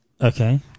Okay